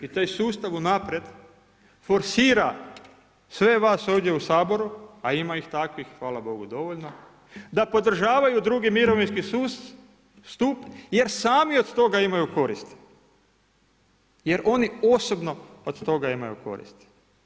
I taj sustav unaprijed forsira sve vas ovdje u Saboru, a ima ih takvih hvala Bogu dovoljno da podržavaju drugi mirovinski stup jer sami od toga imaju koristi, jer oni osobno od toga imaju koristi.